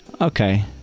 Okay